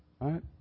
right